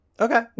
Okay